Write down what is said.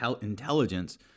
intelligence